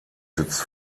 sitzt